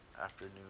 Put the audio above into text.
afternoon